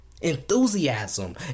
Enthusiasm